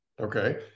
Okay